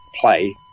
play